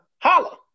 Holla